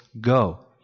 go